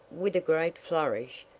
with a great flourish,